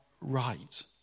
right